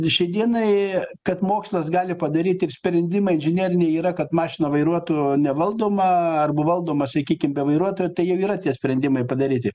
šiai dienai kad mokslas gali padaryti sprendimai inžineriniai yra kad mašiną vairuotų nevaldoma arba valdoma sakykim be vairuotojo tai jau yra tie sprendimai padaryti